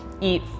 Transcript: eat